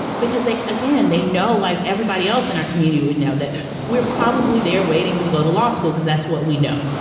because again, they know like everybody else in our community would know that we're probably there waiting to go to law school because that's what we know.